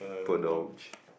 poor